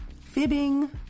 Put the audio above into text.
fibbing